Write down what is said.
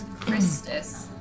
Christus